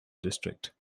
district